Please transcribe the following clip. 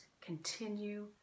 continue